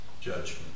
judgment